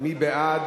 מי בעד?